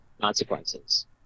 consequences